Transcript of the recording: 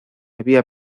había